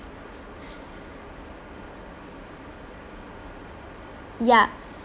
ya